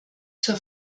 zur